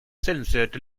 censored